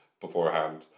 beforehand